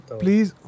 please